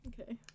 Okay